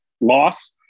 loss